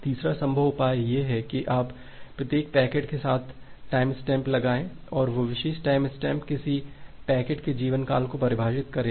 तीसरा संभव उपाय यह है कि आप प्रत्येक पैकेट के साथ टाइमस्टैम्प लगाएं और वह विशेष टाइमस्टैम्प किसी पैकेट के जीवनकाल को परिभाषित करेगा